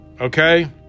Okay